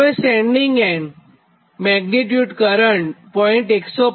હવે sending end magnitude current 0